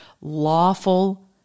lawful